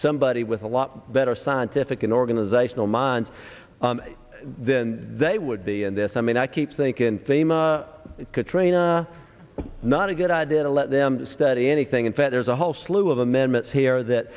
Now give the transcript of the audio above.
somebody with a lot better scientific in organizational minds than they would be in this i mean i keep thinkin thema katrina not a good idea to let them study anything in fact there's a whole slew of amendments here that